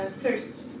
first